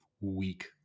weak